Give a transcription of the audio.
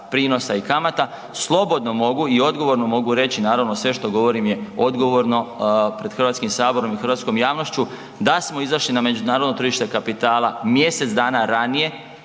prinosa i kamata. Slobodno mogu i odgovorno mogu reći naravno sve što govorim je odgovorno pred Hrvatskim saborom i hrvatskom javnošću da smo izašli na međunarodno tržište kapitala mjesec dana ranije